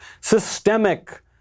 systemic